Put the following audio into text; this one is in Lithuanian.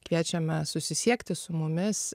kviečiame susisiekti su mumis